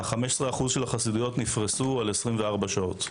ה-15% של החסידויות נפרסו על פני 24 שעות.